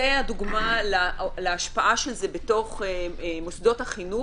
זו הדוגמה להשפעה של זה במוסדות החינוך,